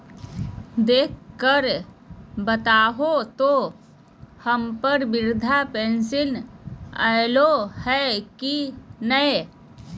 देख कर बताहो तो, हम्मर बृद्धा पेंसन आयले है की नय?